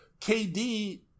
KD